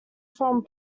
from